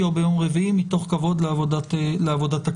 או ביום רביעי מתוך כבוד לעבודת הכנסת.